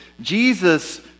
Jesus